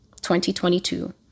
2022